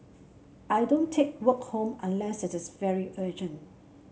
I don't take work home unless it is very urgent